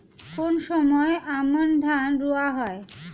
কোন সময় আমন ধান রোয়া হয়?